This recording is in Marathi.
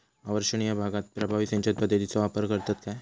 अवर्षणिय भागात प्रभावी सिंचन पद्धतीचो वापर करतत काय?